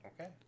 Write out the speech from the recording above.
Okay